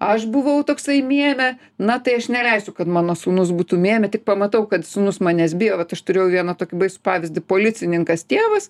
aš buvau toksai miemė na tai aš neleisiu kad mano sūnus būtų mėmė tik pamatau kad sūnus manęs bijo vat aš turėjau vieną tokį baisų pavyzdį policininkas tėvas